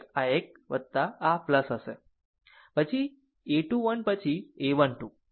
આ હશે પછી a 2 1 પછી a 1 2 પછી a 2 2